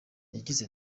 yagize